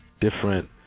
different